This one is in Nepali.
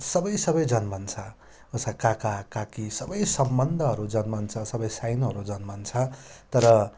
सबै सबै जन्मन्छ उसका काका काकी सबै सम्बन्धहरू जन्मन्छ सबै साइनोहरू जन्मन्छ तर